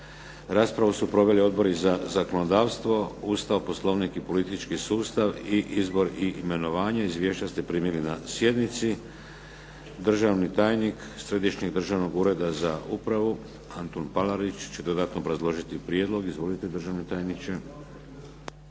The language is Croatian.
Raspravu su proveli Odbori za zakonodavstvo, Ustav, Poslovnik i politički sustav i izbor i imenovanje. Izvješća ste primili na sjednici. Državni tajnik Središnjeg državnog ureda za upravu, Antun Palarić će dodatno obrazložiti prijedlog. Izvolite državni tajniče.